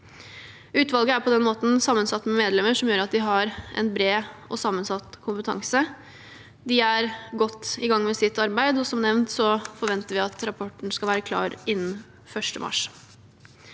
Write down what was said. den måten sammensatt med medlemmer som har en bred og sammensatt kompetanse. De er godt i gang med sitt arbeid, og som nevnt forventer vi at rapporten skal være klar innen 1. mars.